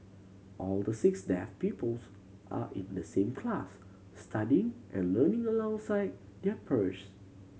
all the six deaf pupils are in the same class studying and learning alongside their